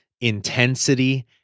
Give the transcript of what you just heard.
intensity